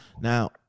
Now